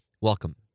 Welcome